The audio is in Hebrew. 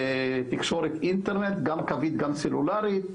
תקשורת אינטרנט גם קווית וגם סלולרית.